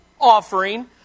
offering